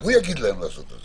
הוא יגיד להם לעשות את זה.